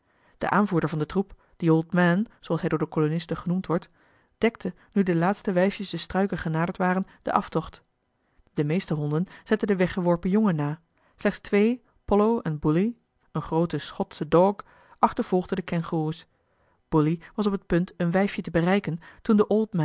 de aanvoerder van den troep de old man zooals hij door de kolonisten genoemd wordt dekte nu de laatste wijfjes de struiken genaderd waren den aftocht de meeste honden zetten de weggeworpen jongen na slechts twee pollo en bully een groote schotsche dog achtervolgden de kengoeroes bully was op het punt een wijfje te bereiken toen de